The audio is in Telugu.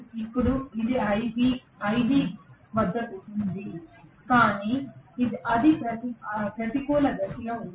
ఇప్పుడు ఇది iB iB వద్ద ఉంది కానీ అది ప్రతికూల దిశలో ఉంది